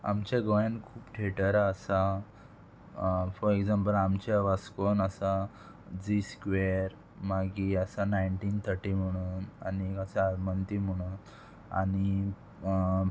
आमच्या गोंयान खूब थिएटरां आसा फॉर एग्जाम्पल आमच्या वास्कोन आसा झी स्क्वेर मागीर आसा नायन्टीन थटी म्हणून आनीक आसा अमंती म्हणून आनी